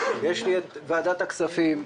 יש לי את ועדת הכספים,